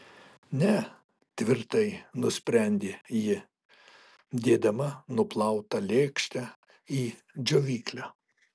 ne tvirtai nusprendė ji dėdama nuplautą lėkštę į džiovyklę